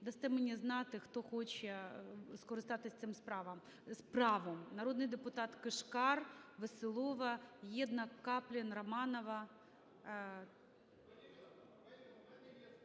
дасте мені знати, хто хоче скористатися цим правом. Народний депутат Кишкар, Веселова, Єднак, Каплін, Романова.